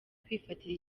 kwifatira